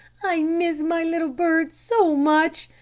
i miss my little bird so much.